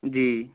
जी